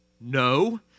No